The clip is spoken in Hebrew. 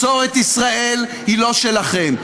מסורת ישראל היא לא שלכם.